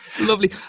Lovely